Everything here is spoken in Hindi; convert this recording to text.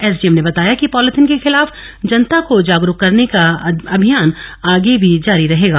एसडीएम ने बताया कि पॉलीथिन के खिलाफ जनता को जागरूक करने का अभियान आगे भी जारी रहेगा